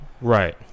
Right